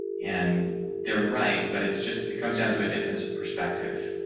and they're right, but it's just it comes down to a difference of perspective.